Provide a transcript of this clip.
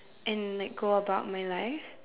and like go about my life